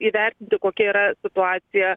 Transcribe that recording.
įvertinti kokia yra situacija